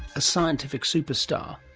a scientific superstar.